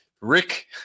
Rick